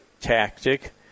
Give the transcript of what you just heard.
tactic